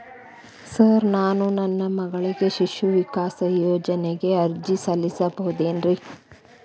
Sir ನಾನು ನನ್ನ ಮಗಳಿಗೆ ಶಿಶು ವಿಕಾಸ್ ಯೋಜನೆಗೆ ಅರ್ಜಿ ಸಲ್ಲಿಸಬಹುದೇನ್ರಿ?